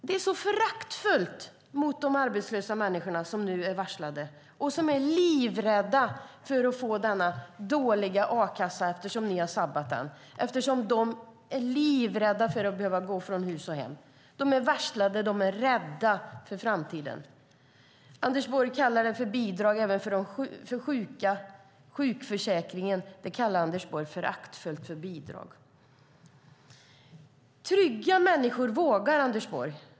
Det är så föraktfullt mot de människor som nu är varslade och som är livrädda för att få den dåliga a-kassa som ni har sabbat. De är livrädda för att behöva gå från hus och hem. De är varslade och rädda för framtiden. Anders Borg kallar även föraktfullt sjukförsäkringen för bidrag. Trygga människor vågar, Anders Borg.